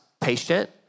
patient